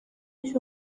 age